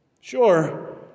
Sure